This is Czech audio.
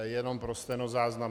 Jenom pro stenozáznam.